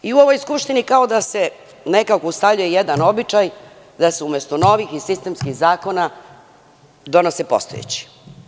U ovoj skupštini kao da se nekako ustaljuje jedan običaj, da se umesto novih i sistemskih zakona donose postojeći.